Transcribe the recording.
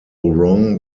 wrong